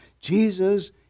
Jesus